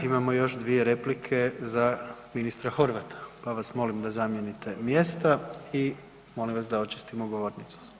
Imamo još dvije replike za ministra Horvata pa vas molim da zamijenite mjesta i molim vas da očistimo govornicu.